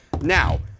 Now